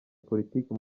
politiki